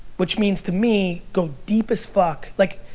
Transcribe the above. which means to me go deep as fuck. like,